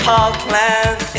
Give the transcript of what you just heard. Parkland